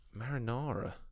Marinara